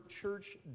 church